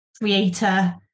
creator